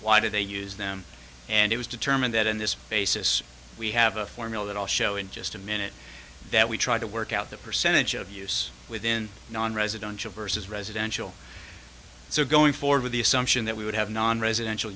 why did they use them and it was determined that in this basis we have a formula that i'll show in just a minute that we try to work out the percentage of use within nonresidential versus residential so going forward with the assumption that we would have nonresidential